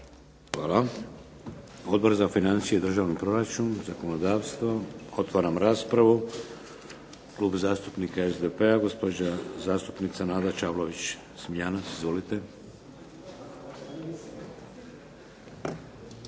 Hvala. Odbor za financije i državni proračun, zakonodavstvo? Otvaram raspravu. Klub zastupnika SDP-a, gospođa zastupnica Nada Čavlović Smiljanec. Izvolite.